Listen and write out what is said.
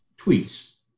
tweets